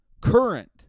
current